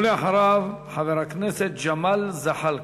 ואחריו, חבר הכנסת ג'מאל זחאלקה.